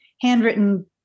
handwritten